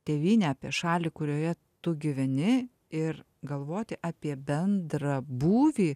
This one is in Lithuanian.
tėvynę apie šalį kurioje tu gyveni ir galvoti apie bendrą būvį